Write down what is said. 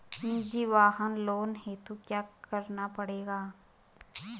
निजी वाहन लोन हेतु क्या करना पड़ेगा?